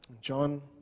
John